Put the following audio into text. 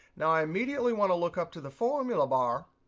now, i immediately want to look up to the formula bar,